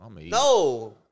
No